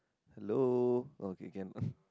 hello okay can